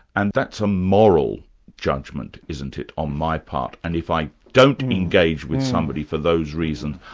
and that's a moral judgment isn't it, on my part, and if i don't engage with somebody for those reasons,